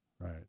Right